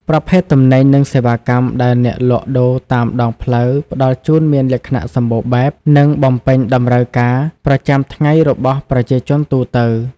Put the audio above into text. ប្រភេទទំនិញ និងសេវាកម្មដែលអ្នកលក់ដូរតាមដងផ្លូវផ្តល់ជូនមានលក្ខណៈសម្បូរបែប និងបំពេញតម្រូវការប្រចាំថ្ងៃរបស់ប្រជាជនទូទៅ ។